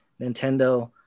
Nintendo